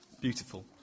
beautiful